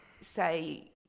say